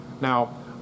Now